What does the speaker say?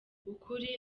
ukuri